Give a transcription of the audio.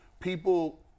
people